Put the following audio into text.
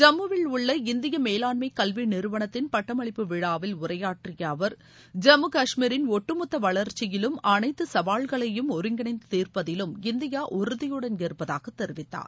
ஜம்முவில் உள்ள இந்திய மேலாண்மை கல்வி நிறுவனத்தின் பட்டமளிப்பு விழாவில் உரையாற்றிய அவர் ஜம்மு காஷ்மீரின் ஒட்டுமொத்த வளர்ச்சியிலும் அனைத்து சவால்களையும் ஒருங்கிணைந்து தீர்ப்பதிலும் இந்தியா உறுதியுடன் இருப்பதாக தெரிவித்தார்